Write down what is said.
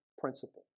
principle